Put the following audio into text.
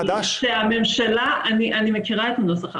אני מכירה את הנוסח.